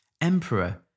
Emperor